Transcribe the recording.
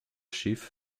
schiff